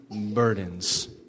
burdens